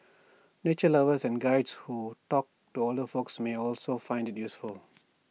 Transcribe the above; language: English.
nature lovers and Guides who talk to older folks may also find IT useful